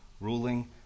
ruling